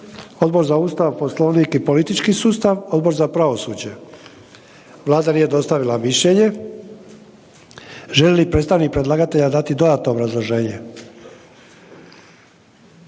Odbor za Ustav, Poslovnik i politički sustav, Odbor za pravosuđe. Vlada nije dostavila mišljenje. Želi li predstavnik predlagatelja dati dodatno obrazloženje?